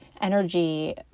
energy